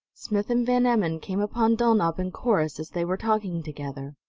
smith and van emmon came upon dulnop and corrus as they were talking together.